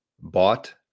bought